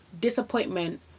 disappointment